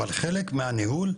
אבל חלק מהניהול,